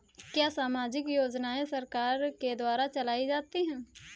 क्या सामाजिक योजनाएँ सरकार के द्वारा चलाई जाती हैं?